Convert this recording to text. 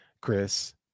Chris